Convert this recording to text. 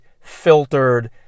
filtered